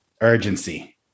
urgency